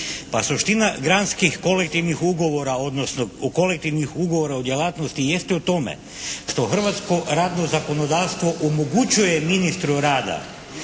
ugovora odnosno kolektivnih ugovora o djelatnosti jeste u tome što hrvatsko radno zakonodavstvo omogućuje ministru rada